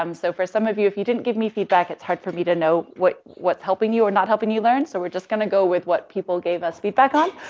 um so for some of you if you didn't give me feedback, it's hard for me to know what what's helping you or not helping you learn. so we're just gonna go with what people gave us feedback on.